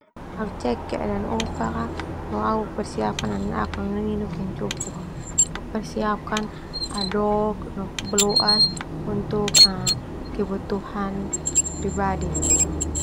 Au cek keadaan ofak kah, ho au persiapkan nanaak no nininuk yang cukup, no persiapkan adok no boloas untuk kebutuhan pribadi.